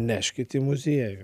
neškit į muziejų